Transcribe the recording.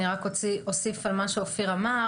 אני רק אוסיף על מה שאופיר אמר,